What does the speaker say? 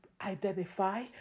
identify